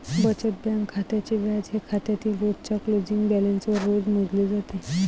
बचत बँक खात्याचे व्याज हे खात्यातील रोजच्या क्लोजिंग बॅलन्सवर रोज मोजले जाते